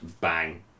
bang